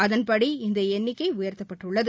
அதன்படி இந்த எண்ணிக்கை உயர்த்தப்பட்டுள்ளது